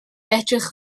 edrych